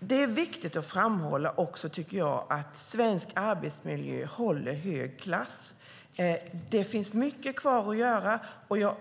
Det är viktigt att också framhålla att svensk arbetsmiljö håller hög klass. Det finns mycket kvar att göra.